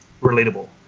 relatable